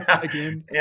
Again